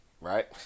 Right